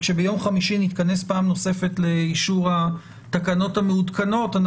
מבחינה משפטית גרידא זה אי-אכיפה.